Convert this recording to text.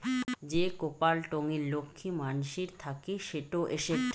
যে কপাল টঙ্নি লক্ষী মানসির থাকি সেটো এসেট